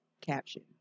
caption